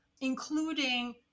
including